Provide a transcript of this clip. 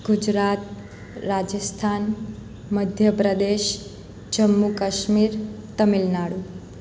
Gujarat Rajasthan Madhya Pradesh Jammu Kashmir Tamil Nadu